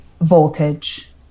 voltage